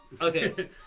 Okay